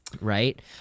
Right